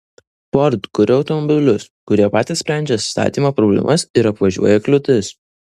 ford kuria automobilius kurie patys sprendžia statymo problemas ir apvažiuoja kliūtis